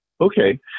Okay